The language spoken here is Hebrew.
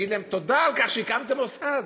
להגיד להם: תודה על כך שהקמתם מוסד.